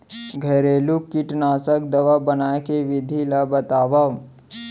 घरेलू कीटनाशी दवा बनाए के विधि ला बतावव?